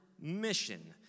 mission